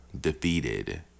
defeated